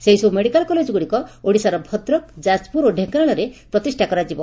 ସେହିସବୁ ମେଡିକାଲ କଲେଜଗୁଡିକ ଓଡ଼ିଶାର ଭଦ୍ରକ ଯାଜପୁର ଓ ଢେଙ୍କାନାଳରେ ପ୍ରତିଷ୍ଷା କରାଯିବ